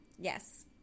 Yes